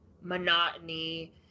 monotony